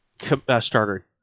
starter